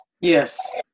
yes